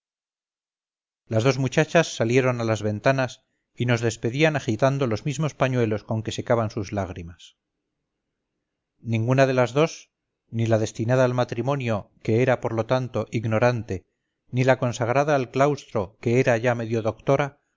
las dos muchachas salieron a las ventanas y nos despedían agitando los mismos pañuelos con que secaban sus lágrimas ninguna de las dos ni la destinada al matrimonio que era por lo tanto ignorante ni la consagrada al claustro que era ya medio doctora